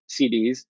cds